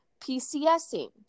PCSing